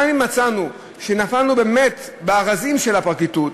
גם אם מצאנו שנפלנו באמת בארזים של הפרקליטות,